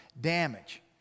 damage